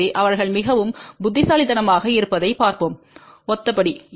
எனவே அவர்கள் மிகவும் புத்திசாலித்தனமாக இருப்பதைப் பார்ப்போம் ஒத்த படி